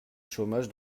chômage